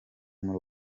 muri